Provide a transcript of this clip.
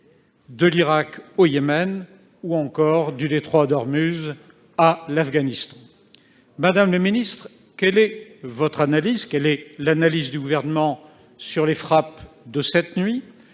de l'Irak au Yémen ou encore du détroit d'Ormuz à l'Afghanistan. Madame la secrétaire d'État, quelle est l'analyse du Gouvernement sur les frappes de cette nuit ?